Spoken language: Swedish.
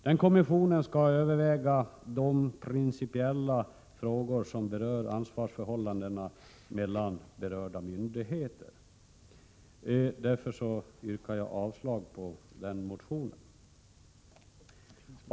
Den kommissionen skall överväga de principiella frågor som berör ansvarsförhållandena mellan berörda myndigheter. Därför yrkar jag avslag på motionen.